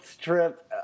trip